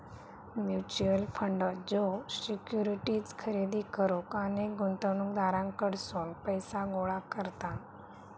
mutual fund ज्यो securities खरेदी करुक अनेक गुंतवणूकदारांकडसून पैसो गोळा करता